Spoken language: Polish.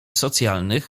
socjalnych